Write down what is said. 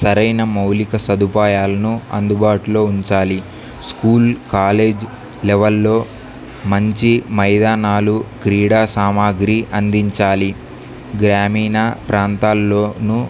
సరైన మౌలిక సదుపాయాలను అందుబాటులో ఉంచాలి స్కూల్ కాలేజ్ లెవెల్లో మంచి మైదానాలు క్రీడా సామాగ్రి అందించాలి గ్రామీణ ప్రాంతాల్లోనూ